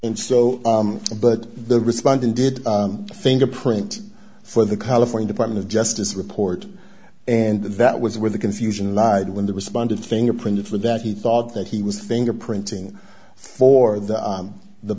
and so but the respondent did a fingerprint for the california department of justice report and that was where the confusion lied when the respondent fingerprinted for that he thought that he was fingerprinting for the on the